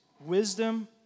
wisdom